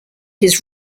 his